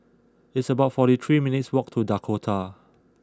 it's about forty three minutes' walk to Dakota